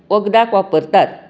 वखदाक वापरतात